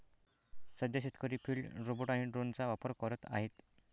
सध्या शेतकरी field robot आणि ड्रोनचा वापर करत आहेत